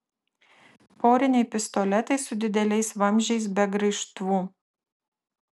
poriniai pistoletai su dideliais vamzdžiais be graižtvų